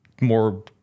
more